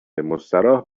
مستراح